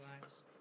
lives